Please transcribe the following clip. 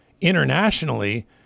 internationally